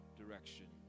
direction